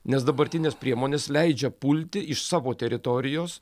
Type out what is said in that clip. nes dabartinės priemonės leidžia pulti iš savo teritorijos